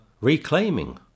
reclaiming